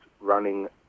running